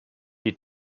die